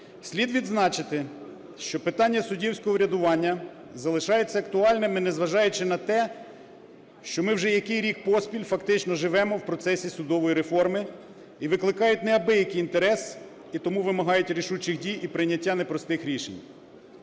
Слід відзначити, що питання суддівського урядування залишається актуальними, незважаючи на те, що ми вже який рік поспіль фактично живемо в процесі судової реформи, і викликають неабиякий інтерес, і тому вимагають рішучих дій і прийняття непростих рішень.